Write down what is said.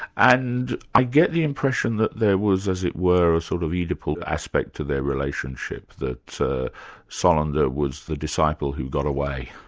and i get the impression that there was as it were, a sort of oedipal aspect to their relationship, that solander was the disciple who got away.